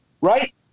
right